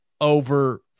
over